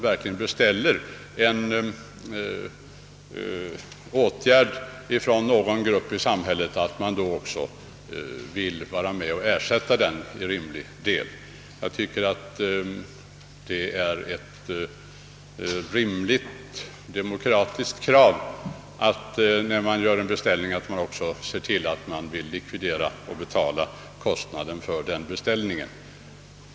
Jag tycker det är ett demokratiskt krav att staten är med om att betala kostnaderna när den gör en beställning av en åtgärd hos någon grupp i samhället.